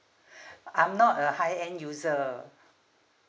I'm not a high end user